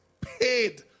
paid